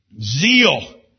Zeal